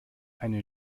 eine